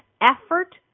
effort